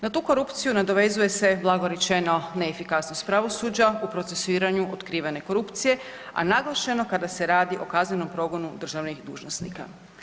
Na tu korupciju nadovezuje se blago rečeno neefikasnost pravosuđa u procesuiranju otkrivene korupcije, a naglašeno kada se radi o kaznenom progonu državnih dužnosnika.